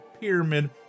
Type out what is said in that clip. Pyramid